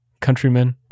countrymen